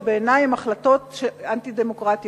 שבעיני הן החלטות אנטי-דמוקרטיות.